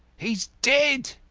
he is dead.